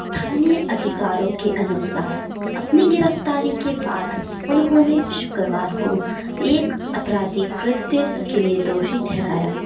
स्थानीय अधिकारों के अनुसार अपनी गिरफ़्तारी के बाद उन्होंने शुक्रवार को एक आपराधिक कृत्य के लिए दोषी ठहराया